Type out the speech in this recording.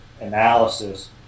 analysis